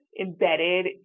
embedded